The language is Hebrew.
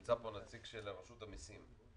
שנמצא פה הנציג של רשות המיסים.